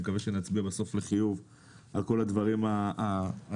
אני מקווה שנצביע בסוף לחיוב על כל הדברים הנכונים.